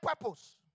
purpose